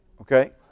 Okay